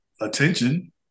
attention